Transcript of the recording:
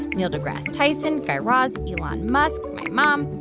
neil degrasse tyson, guy raz, elon musk, my mom,